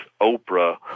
Oprah